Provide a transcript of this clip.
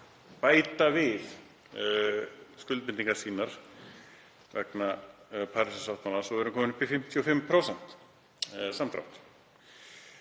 bæta við skuldbindingar sínar vegna Parísarsáttmálans og við erum komin upp í 55% samdrátt.